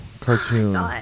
cartoon